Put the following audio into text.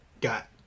got